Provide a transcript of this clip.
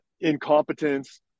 incompetence